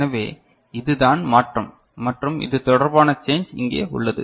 எனவே இது தான் மாற்றம் மற்றும் இது தொடர்பான சேஞ்ச் இங்கே உள்ளது